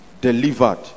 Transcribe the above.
delivered